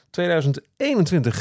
2021